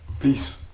peace